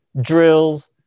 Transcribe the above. drills